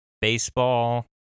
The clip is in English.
baseball